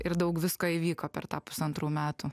ir daug visko įvyko per tą pusantrų metų